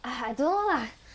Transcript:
!hais! I don't know lah